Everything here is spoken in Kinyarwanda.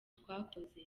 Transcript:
twakoze